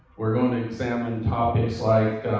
we're going to examine topics like